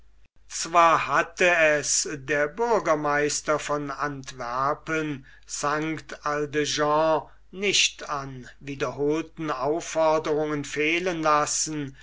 zwar hatte es der bürgermeister von antwerpen st aldegonde nicht an wiederholten aufforderungen fehlen lassen